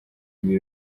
ibi